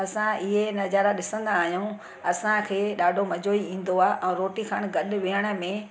असां इहे नज़ारा ॾिसंदा आहियूं असांखे ॾाढो मज़ो ई ईंदो आहे ऐं रोटी खाइण गॾु वेहण में